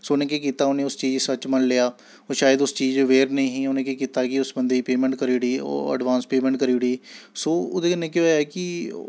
सो उ'नें केह् कीता उ'नें उस चीज गी सच्च मन्नी लेआ ओह् शायद उस चीज अवेयर नेईं ही उ'नें केह् कीता कि उस बंदे गी पेमैंट करी ओड़ी ओह् अडवांस पेमैंट करी ओड़ी सो ओह्दे कन्नै केह् होएआ ऐ कि ओह्